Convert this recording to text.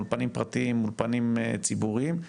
אולפנים פרטיים אולפנים ציבוריים.